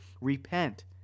repent